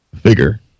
figure